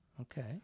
Okay